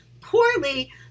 poorly